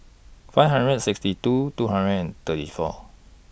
five hundred and sixty two two hundred and thirty four